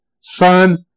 Son